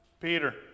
Peter